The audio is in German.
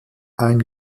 ein